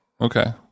okay